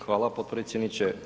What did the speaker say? Hvala potpredsjedniče.